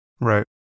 Right